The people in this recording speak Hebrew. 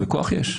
כוח יש.